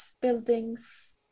buildings